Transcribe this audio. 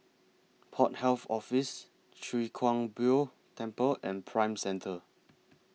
Port Health Office Chwee Kang Beo Temple and Prime Centre